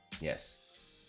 yes